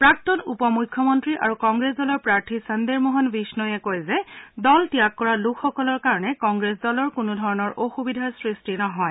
প্ৰাক্তন উপ মুখ্যমন্নী আৰু কংগ্ৰেছ দলৰ প্ৰাৰ্থী চন্দেৰ মোহন বিফৈয়ে কয় যে দল ত্যাগ কৰা লোকসকলৰ কাৰণে কংগ্ৰেছ দলৰ কোনোধৰণৰ অসুবিধাৰ সৃষ্টি নহয়